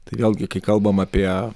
tai vėlgi kai kalbam apie